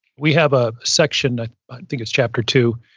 we have a section, i think is chapter two,